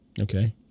Okay